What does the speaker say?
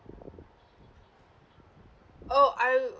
oh I